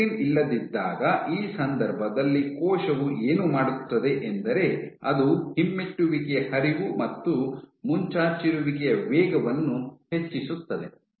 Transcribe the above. integrin ಇಲ್ಲದಿದ್ದಾಗ ಈ ಸಂದರ್ಭದಲ್ಲಿ ಕೋಶವು ಏನು ಮಾಡುತ್ತದೆ ಎಂದರೆ ಅದು ಹಿಮ್ಮೆಟ್ಟುವಿಕೆಯ ಹರಿವು ಮತ್ತು ಮುಂಚಾಚಿರುವಿಕೆಯ ವೇಗವನ್ನು ಹೆಚ್ಚಿಸುತ್ತದೆ